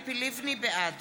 בעד